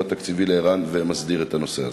התקציבי לער"ן ומסדיר את הנושא הזה?